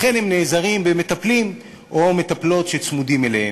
לכן הם נעזרים במטפלים או מטפלות שצמודים אליהם,